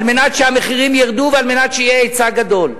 על מנת שהמחירים ירדו ועל מנת שיהיה היצע גדול.